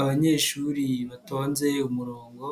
Abanyeshuri batonze umurongo